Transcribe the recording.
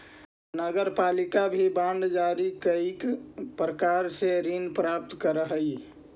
नगरपालिका भी बांड जारी कईक प्रकार से ऋण प्राप्त करऽ हई